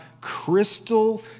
crystal